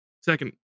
second